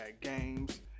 games